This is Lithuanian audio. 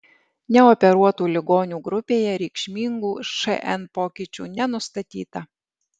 neoperuotų ligonių grupėje reikšmingų šn pokyčių nenustatyta